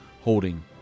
holding